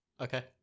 Okay